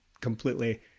completely